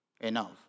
enough